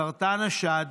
סרטן השד,